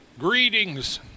Greetings